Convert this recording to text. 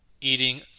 eating